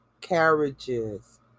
carriages